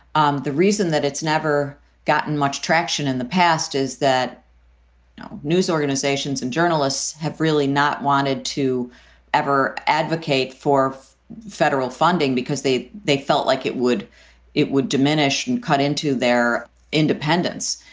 um the reason that it's never gotten much traction in the past is that news organizations and journalists have really not wanted to ever advocate for federal funding because they they felt like it would it would diminish and cut into their independence.